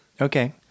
okay